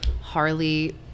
Harley